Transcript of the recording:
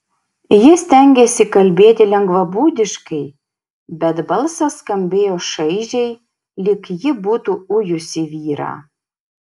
ji stengėsi kalbėti lengvabūdiškai bet balsas skambėjo šaižiai lyg ji būtų ujusi vyrą